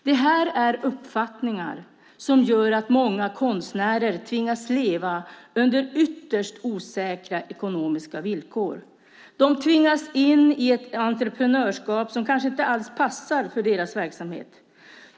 Det här är uppfattningar som gör att många konstnärer tvingas leva under ytterst osäkra ekonomiska villkor. De tvingas in i ett entreprenörskap som kanske inte alls passar för deras verksamhet.